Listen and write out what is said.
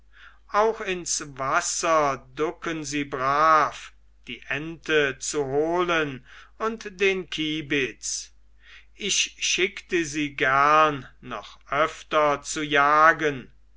auch ins wasser ducken sie brav die ente zu holen und den kiebitz ich schickte sie gern noch öfter zu jagen